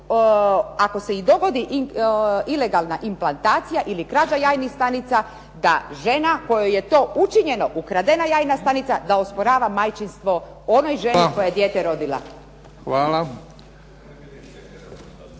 ako se i dogodi ilegalna implantacija ili krađa jajnih stanica, da žena kojoj je to učinjeno, ukradena jajna stanica da osporava majčinstvo onoj ženi koja je dijete rodila.